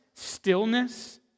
stillness